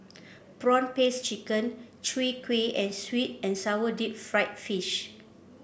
prawn paste chicken Chwee Kueh and sweet and sour Deep Fried Fish